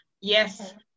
yes